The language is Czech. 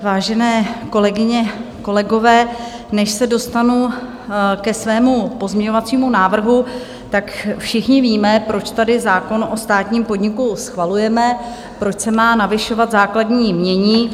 Vážené kolegyně, kolegové, než se dostanu ke svému pozměňovacímu návrhu, tak všichni víme, proč tady zákon o státním podniku schvalujeme, proč se má navyšovat základní jmění.